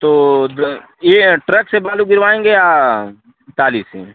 तो ये ट्रक से बालू गिरवाएँगे या टाली से